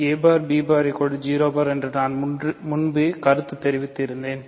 a bar b bar 0 bar என்று நான் முன்பு கருத்து தெரிவித்து இருந்தேன்